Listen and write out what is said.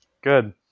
Good